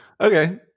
Okay